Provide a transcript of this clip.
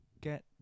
get